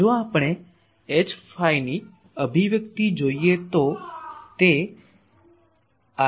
જો આપણે Hϕ ની અભિવ્યક્તિ જોઈએ તો તે I